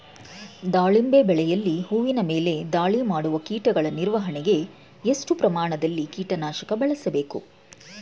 ದಾಳಿಂಬೆ ಬೆಳೆಯಲ್ಲಿ ಹೂವಿನ ಮೇಲೆ ದಾಳಿ ಮಾಡುವ ಕೀಟಗಳ ನಿರ್ವಹಣೆಗೆ, ಎಷ್ಟು ಪ್ರಮಾಣದಲ್ಲಿ ಕೀಟ ನಾಶಕ ಬಳಸಬೇಕು?